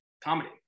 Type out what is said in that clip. comedy